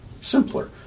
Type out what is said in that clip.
simpler